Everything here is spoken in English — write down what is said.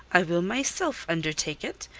i will myself undertake it.